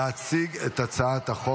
ותוסר מסדר-היום.